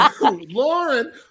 Lauren